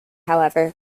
however